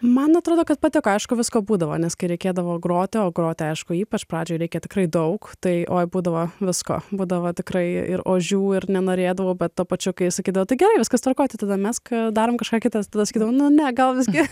man atrodo kad patiko aišku visko būdavo nes kai reikėdavo groti o groti aišku ypač pradžioj reikia tikrai daug tai oi būdavo visko būdavo tikrai ir ožių ir nenorėdavau bet tuo pačiu kai sakydavo tai gerai viskas tvarkoj tai tada mesk darom kažką kita tada sakydavau nu ne gal visgi